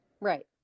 Right